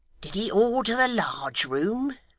did he order the large room